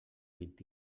vint